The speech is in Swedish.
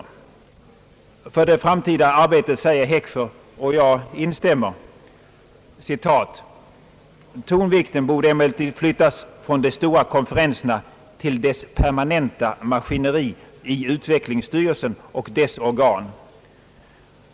Vad beträffar det framtida arbetet, skriver herr Heckscher, och jag instämmer: »Tonvikten borde emellertid flyttas från de stora konferenserna till dess permanenta maskineri i utvecklingsstyrelsen och dess organ.